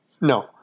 No